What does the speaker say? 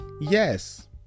Yes